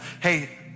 hey